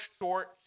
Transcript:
short